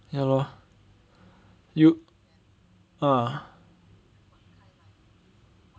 ya lor you ah